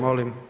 Molim.